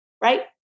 Right